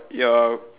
you're